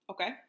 Okay